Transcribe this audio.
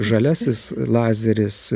žaliasis lazeris